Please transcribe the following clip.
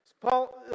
Paul